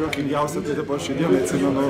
juokingiausia po šiai dienai atsimenu